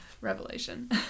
Revelation